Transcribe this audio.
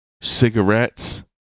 cigarettes